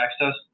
access